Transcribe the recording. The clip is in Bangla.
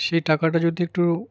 সেই টাকাটা যদি একটু